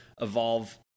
evolve